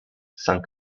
sang